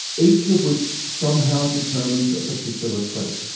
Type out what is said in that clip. each of which somehow determines a particular trait.